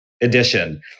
edition